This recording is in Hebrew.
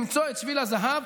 למצוא את שביל הזהב,